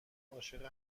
عاشق